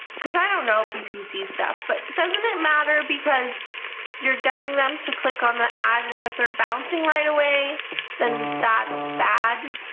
i don't know ppc stuff, but doesn't it matter? because you're getting them to click on the ad and if they're bouncing right away then that's bad.